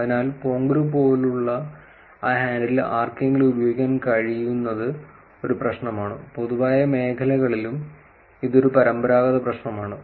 അതിനാൽ പൊങ്കുരു പോലുള്ള ആ ഹാൻഡിൽ ആർക്കെങ്കിലും ഉപയോഗിക്കാൻ കഴിയുന്നത് ഒരു പ്രശ്നമാണ് പൊതുവായ മേഖലകളിലും ഇത് ഒരു പരമ്പരാഗത പ്രശ്നമാണ്